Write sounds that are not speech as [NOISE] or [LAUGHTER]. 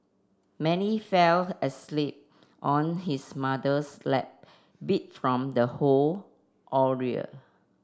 Many fell asleep on his mother's lap beat from the whole [UNINTELLIGIBLE]